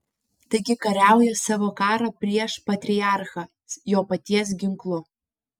taigi kariauja savo karą prieš patriarchą jo paties ginklu